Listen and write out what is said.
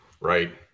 Right